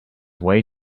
way